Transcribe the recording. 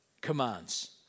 commands